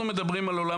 אדוני חבר הכנסת,